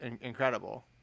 incredible